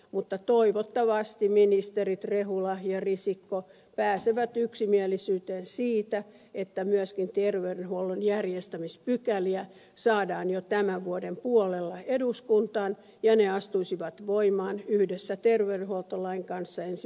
mutta toivottavasti ministerit rehula ja risikko pääsevät yksimielisyyteen siitä että myöskin terveydenhuollon järjestämispykäliä saadaan jo tämän vuoden puolella eduskuntaan ja ne astuisivat voimaan yhdessä terveydenhuoltolain kanssa ensi vuoden alusta